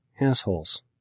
assholes